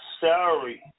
salary